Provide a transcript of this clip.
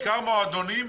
בעיקר מועדונים.